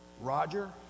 Roger